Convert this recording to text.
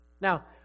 Now